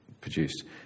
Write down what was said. produced